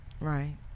Right